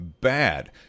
bad